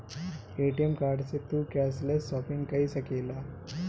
ATM card से तू cashless shopping कई सकेला